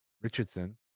Richardson